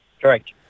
Correct